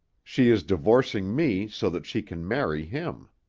she is divorcing me so that she can marry him.